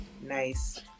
nice